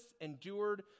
endured